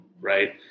right